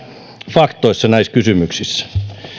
faktoissa näissä kysymyksissä